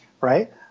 right